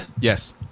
Yes